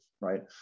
right